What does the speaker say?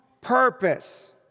purpose